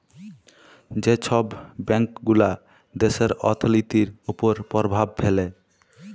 যে ছব ব্যাংকগুলা দ্যাশের অথ্থলিতির উপর পরভাব ফেলে